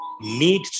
need